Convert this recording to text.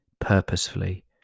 purposefully